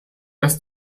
dass